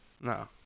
no